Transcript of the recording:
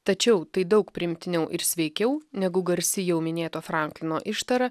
tačiau tai daug priimtiniau ir sveikiau negu garsi jau minėto franklino ištara